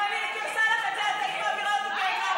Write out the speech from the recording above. אם אני הייתי עושה לך את זה את היית מעבירה אותי גיהינום.